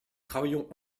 travaillons